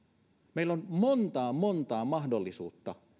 meillä on monta monta mahdollisuutta